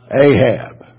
Ahab